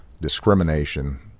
discrimination